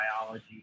biology